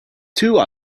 two